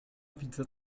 widzę